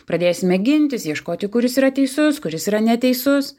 pradėsime gintis ieškoti kuris yra teisus kuris yra neteisus